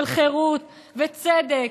של חירות וצדק,